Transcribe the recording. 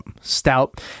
stout